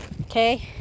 okay